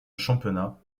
championnat